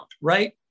right